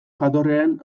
jatorriaren